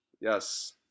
yes